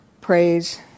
praise